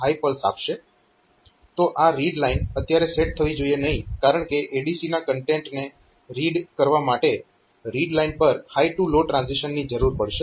તો આ read line અત્યારે સેટ થવી જોઈએ નહીં કારણકે ADC ના કન્ટેન્ટને રીડ કરવા માટે રીડ લાઈન પર હાય ટૂ લો ટ્રાન્ઝીશન ની જરૂર પડશે